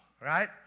right